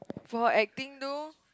for her acting though